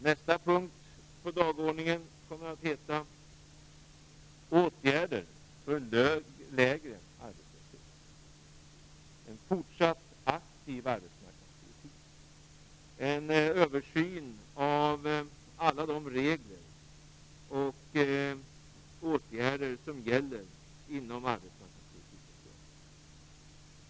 Nästa punkt på dagordningen kommer att heta Åtgärder för lägre arbetslöshet. Det är fråga om en fortsatt aktiv arbetsmarknadspolitik, en översyn av alla de regler och åtgärder som gäller inom arbetsmarknadspolitikens ram.